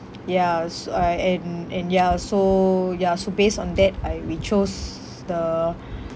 ya so I and and ya so ya so based on that I we chose the